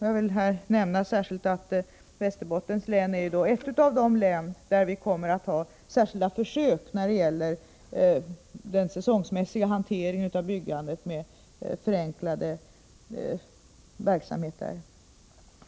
Jag vill här särskild nämna att Västerbottens län är ett av de län där vi kommer att göra särskilda försök med den säsongmässiga hanteringen av byggandet genom förenklade verksamheter.